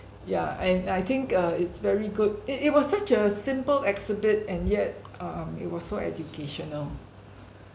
yeah and I think uh it's very good it it was such a simple exhibit and yet um it was so educational